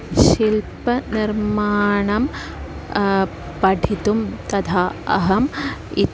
शिल्पनिर्माणं पठितुं तथा अहम् इतः